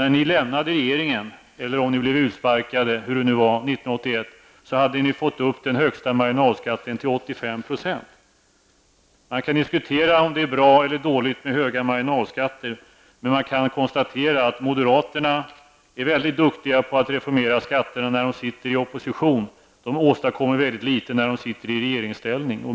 När ni lämnade regeringen, eller om ni blev utsparkade, 1981, hade ni fått upp den högsta marginalskatten till 85 %. Man kan diskutera om det är bra eller dåligt med höga marginalskatter, men man kan konstatera att moderaterna är väldigt duktiga på att reformera skatterna i opposition. De åstadkommer mycket litet i regeringsställning.